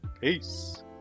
Peace